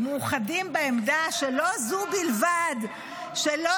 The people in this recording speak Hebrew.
מאוחדים בעמדה שלא זו בלבד ------- שלא